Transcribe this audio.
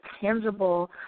tangible